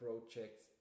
projects